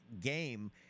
game